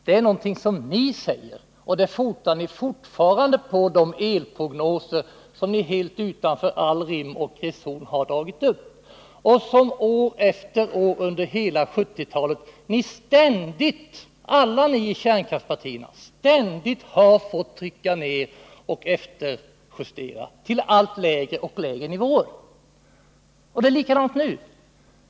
Det är någonting som ni säger, och det fotar ni fortfarande på de elprognoser som ni dragit upp utan all rim och reson och som alla ni i kärnkraftspartierna år efter år under 1970-talet har fått trycka ned och efterjustera till allt lägre nivåer. Det är likadant nu.